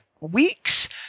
weeks